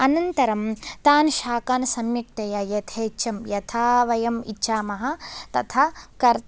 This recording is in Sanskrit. अनन्तरं तान् शाकान् सम्यकक्तया यथेच्छं यथा वयमिच्छामः तथा